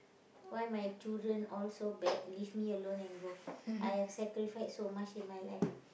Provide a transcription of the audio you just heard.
why my children all so bad leave me alone and go I have sacrificed so much in my life